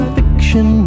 fiction